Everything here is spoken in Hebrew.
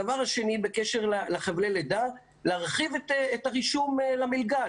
בקשר לחבלי הלידה, צריך להרחיב את הרישום למלגה.